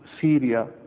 Syria